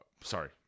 sorry